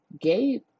Gabe